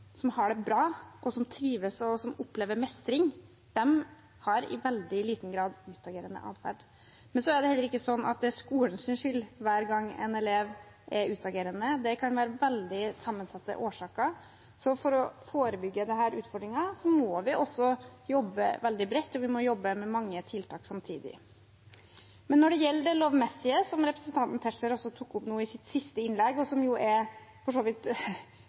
har det bra, som trives, og som opplever mestring, i veldig liten grad har utagerende atferd. Men det er heller ikke sånn at det er skolens skyld hver gang en elev er utagerende, det kan være veldig sammensatte årsaker, så for å forebygge denne utfordringen må vi også jobbe veldig bredt, og vi må jobbe med mange tiltak samtidig. Når det gjelder det lovmessige, som representanten Tetzschner også tok opp nå i sitt siste innlegg, og som for så vidt er hovedformålet for